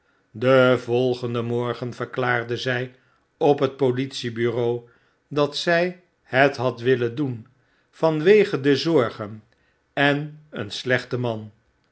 den volgenden morgen verklaarde zy op het politiebureau dat zy het had willen doen vanwege de zorgen en een slechten man